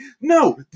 no